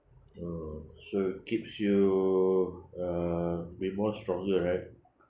oh so it keeps you uh be more stronger right